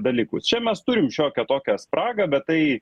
dalykus čia mes turim šiokią tokią spragą bet tai